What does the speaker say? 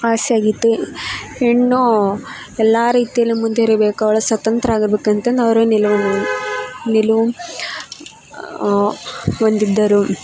ಆಸೆಯಾಗಿತ್ತು ಹೆಣ್ಣು ಎಲ್ಲಾ ರೀತಿಯಲ್ಲು ಮುಂದ್ವರಿಬೇಕು ಅವಳು ಸ್ವತಂತ್ರ್ಯ ಆಗಬೇಕು ಅಂತಂದು ಅವರ ನಿಲುವು ನಿಲುವು ಹೊಂದಿದ್ದರು